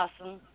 awesome